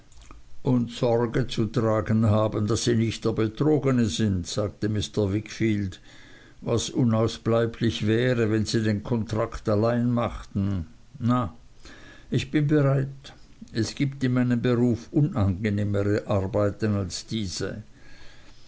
und sorge zu tragen haben daß sie nicht der betrogne sind sagte mr wickfield was unausbleiblich wäre wenn sie den kontrakt allein machten na ich bin bereit es gibt in meinem beruf unangenehmere arbeiten als diese